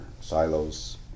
silos